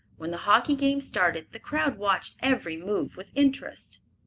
when the hockey game started the crowd watched every move with interest.